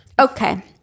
okay